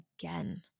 again